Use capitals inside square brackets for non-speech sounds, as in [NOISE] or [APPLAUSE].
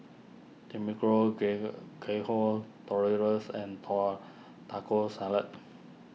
[UNINTELLIGIBLE] and tor Taco Salad